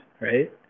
right